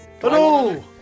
hello